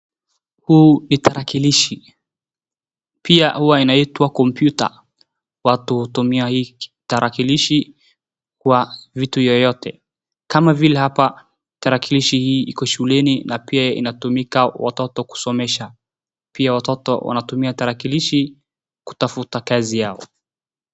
Huu ni tarakilishi pia kompyuta . Watu hutumia hiki tarakilishi kwwa vitu vyovyote kama vile hapa tarakilishi hii iko shuleni na pia inatumika watoto kusomesha pia watoto wanatumia tarakilishii kutafuta kazi yao.